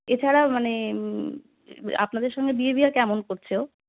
এছাড়া মানে আপনাদের সঙ্গে বিয়েভিয়ার কেমন করছে